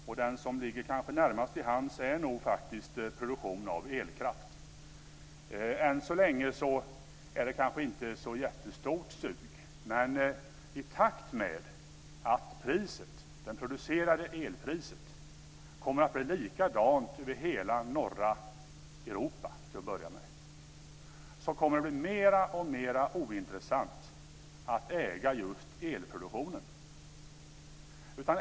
Och det som ligger närmast till hands är nog faktiskt produktionen av elkraft. Än så länge är det kanske inte ett så jättestort sug, men i och med att elproduktionspriset kommer att bli likadant över hela norra Europa, till att börja med, kommer det att bli mer och mer ointressant att äga just elproduktionen.